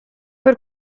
per